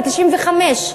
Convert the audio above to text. ב-1995.